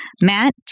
Matt